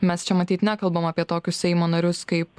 mes čia matyt nekalbam apie tokius seimo narius kaip